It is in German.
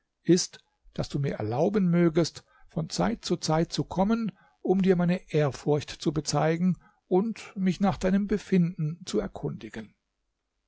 ist daß du mir erlauben mögest von zeit zu zeit zu kommen um dir meine ehrfurcht zu bezeigen und mich nach deinem befinden zu erkundigen